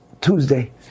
Tuesday